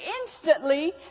instantly